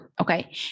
Okay